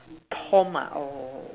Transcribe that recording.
tone mah or